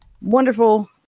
wonderful